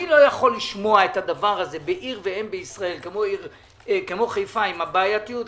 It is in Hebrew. אני לא יכול לשמוע בעיר ואם בישראל כמו חיפה עם הבעייתיות,